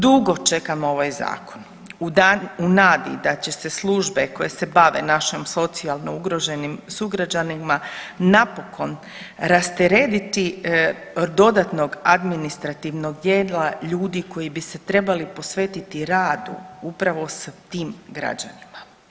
Dugo čekamo ovaj zakon u nadi da će se službe koje se bave našim socijalno ugroženim sugrađanima napokon rasteretiti dodatnog administrativnog dijela ljudi koji bi se trebali posvetiti radu upravo s tim građanima.